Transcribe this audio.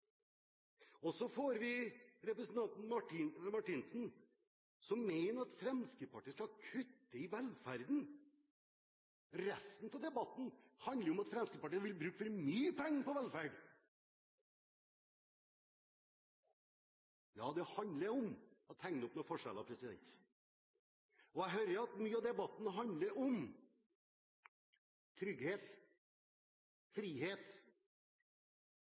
tidspunktet. Så får vi representanten Marthinsen som mener at Fremskrittspartiet skal kutte i velferden. Resten av debatten handler jo om at Fremskrittspartiet vil bruke for mye penger på velferd. Ja, det handler om å tegne opp noen forskjeller. Jeg hører at mye av debatten handler om